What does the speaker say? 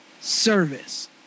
service